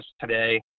today